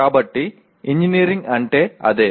కాబట్టి ఇంజనీరింగ్ అంటే అదే